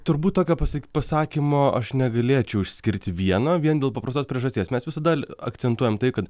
turbūt tokio pasik pasakymo aš negalėčiau išskirti vieno vien dėl paprastos priežasties mes visada al akcentuojam tai kad